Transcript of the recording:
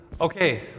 Okay